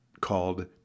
called